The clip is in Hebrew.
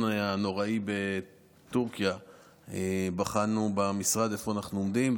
הנוראי בטורקיה בחנו במשרד איפה אנחנו עומדים.